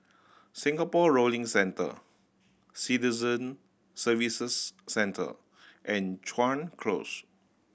Singapore Rowing Centre Citizen Services Centre and Chuan Close